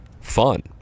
fun